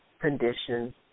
condition